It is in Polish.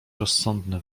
rozsądny